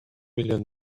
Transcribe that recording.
million